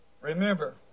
remember